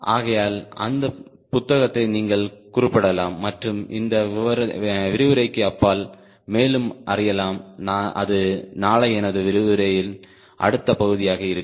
ஆகையால் அந்த புத்தகத்தை நீங்கள் குறிப்பிடலாம் மற்றும் இந்த விரிவுரைக்கு அப்பால் மேலும் அறியலாம் அது நாளை எனது விரிவுரையின் அடுத்த பகுதியாக இருக்கும்